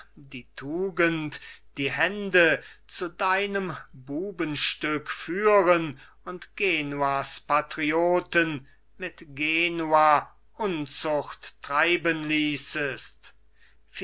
die tugend die hände zu deinem bubenstück führen und genuas patrioten mit genua unzucht treiben ließest